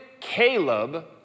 Caleb